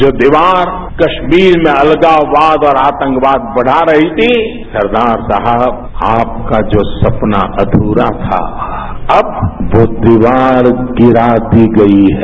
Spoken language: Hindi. जो दीवार कश्मीर में अलगाववाद और आतंकवाद बढ़ा रही थी सरदार साहब आपका जो सपना अधूरा था अब वो दीवार गिरा दी गई है